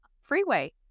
freeway